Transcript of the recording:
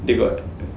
they got